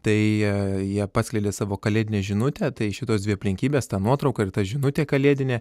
tai jie paskleidė savo kalėdinę žinutę tai šitos dvi aplinkybės ta nuotrauka ir ta žinutė kalėdinė